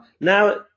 Now